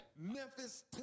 Memphis